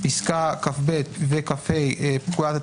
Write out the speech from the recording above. פסקה (כב) ו-(כה), פקודת הטלגרף,